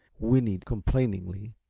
whinnied complainingly,